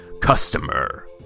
customer